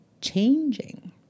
changing